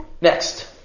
Next